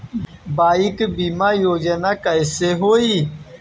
Bike बीमा योजना कैसे होई?